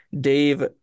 Dave